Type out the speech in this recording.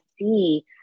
see